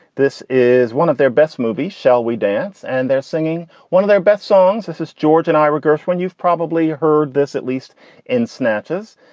this is one of their best movies. shall we dance? and they're singing one of their best songs. this is george and ira gershwin. you've probably heard this at least in snatches.